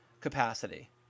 capacity